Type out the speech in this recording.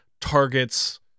targets